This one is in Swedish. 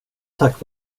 tack